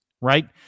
right